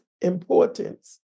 importance